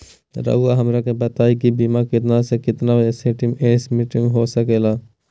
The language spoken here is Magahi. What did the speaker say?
रहुआ हमरा के बताइए के बीमा कितना से कितना एस्टीमेट में हो सके ला?